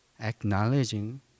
acknowledging